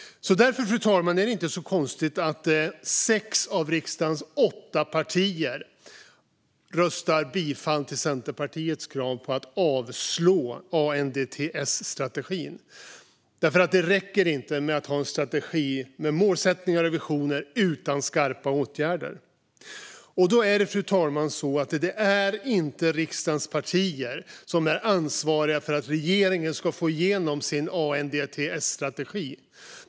Därför är det inte så konstigt att sex av riksdagens åtta partier står bakom Centerpartiets krav på att avslå ANDTS-strategin. Det räcker inte att ha en strategi med målsättningar och visioner utan skarpa åtgärder. Då är det inte riksdagens partier som är ansvariga för att regeringen ska få igenom sin ANDTS-strategi.